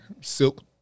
Silk